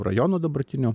rajono dabartinio